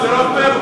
זה לא פייר,